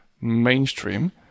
mainstream